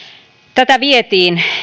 tätä vietiin